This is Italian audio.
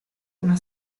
una